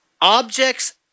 objects